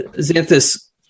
Xanthus